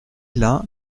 l’un